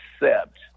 accept